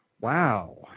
Wow